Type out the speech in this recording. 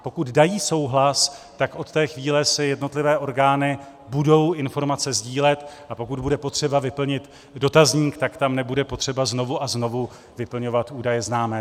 Pokud dají souhlas, tak od té chvíle si jednotlivé orgány budou informace sdílet, a pokud bude potřeba vyplnit dotazník, tak tam nebude potřeba znovu a znovu vyplňovat údaje známé.